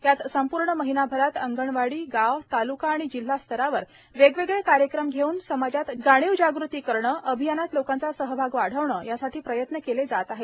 यात संपूर्ण महिन्याभरात अंगणवाडी गाव तालुका आणि जिल्हा स्तरावर वेगवेगळे कार्यक्रम घेऊन समाजात जाणीवजागृती करणे अभियानात लोकांचा सहभाग वाढवणे यासाठी प्रयत्न केले जात आहेत